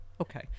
Okay